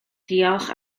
diolch